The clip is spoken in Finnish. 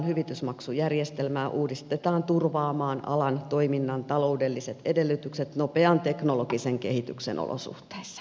hyvitysmaksujärjestelmää uudistetaan turvaamaan alan toiminnan taloudelliset edellytykset nopean teknologisen kehityksen olosuhteissa